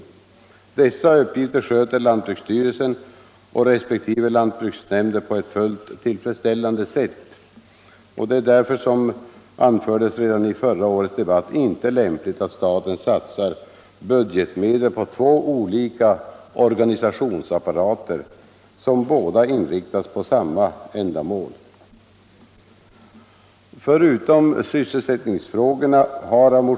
Dessa uppgifter sköter lantbruksstyrelsen och resp. lantbruksnämnder på ett fullt tillfredsställande sätt. Det är därför, som det anfördes redan i förra årets debatt, inte lämpligt att staten satsar budgetmedel på två olika organisationsapparater, som båda inriktas på samma ändamål.